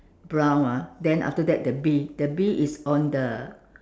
brown ah then after that the bee the bee is on the